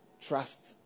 trust